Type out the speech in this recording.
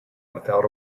without